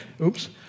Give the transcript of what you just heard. Oops